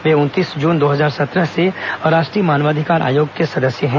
वे उनतीस जून दो हजार सत्रह से राष्ट्रीय मानवाधिकार आयोग के सदस्य हैं